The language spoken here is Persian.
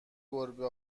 گربه